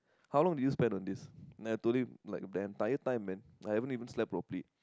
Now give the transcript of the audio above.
how long did you spend on this then I told him like the entire time man I haven't even slept properly